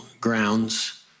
grounds